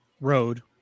road